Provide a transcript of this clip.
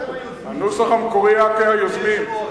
הנוסח המקורי היה כיוזמים.